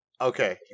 Okay